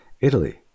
Italy